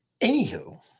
Anywho